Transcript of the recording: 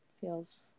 feels